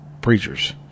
preachers